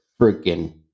freaking